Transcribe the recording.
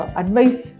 advice